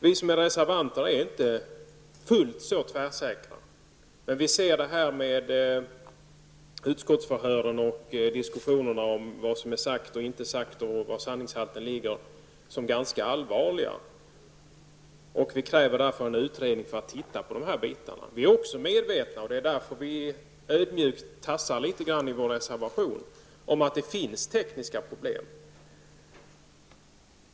Vi som är reservanter är inte fullt så tvärsäkra, men vi ser utskottsförhören och diskussionerna om vad som är sagt och inte sagt och var sanningshalten ligger som något ganska allvarligt. Vi kräver därför en utredning som skall se över detta. Även vi är medvetna om att det finns tekniska problem -- det är därför vi i vår reservation tassar ödmjukt fram.